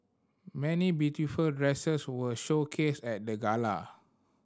many beautiful dresses were showcased at the gala